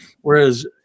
Whereas